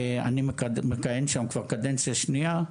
אני מכהן שם כבר קדנציה שנייה,